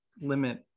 limit